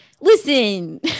Listen